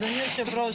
אדוני היו"ר,